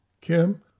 Kim